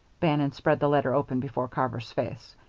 bannon spread the letter open before carver's face.